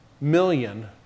million